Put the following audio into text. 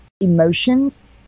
emotions